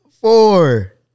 Four